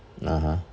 (uh huh)